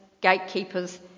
gatekeepers